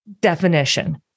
definition